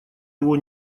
его